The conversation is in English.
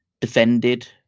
defended